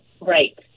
right